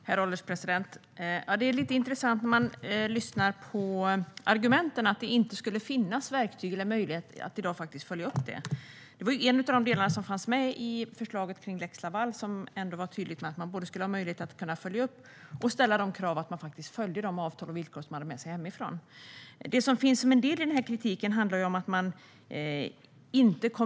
Herr ålderspresident! Det är intressant att lyssna på argumentet att det i dag inte skulle finnas verktyg eller möjlighet att följa upp detta. I en av de delar som fanns med i förslaget till lex Laval framgick tydligt att man skulle ha möjlighet att följa upp och ställa krav på att de avtal och villkor som företaget har med sig hemifrån följs.